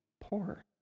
poor